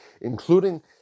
including